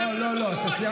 לא, אמרתי,